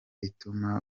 ituma